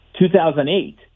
2008